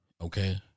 okay